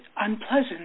unpleasant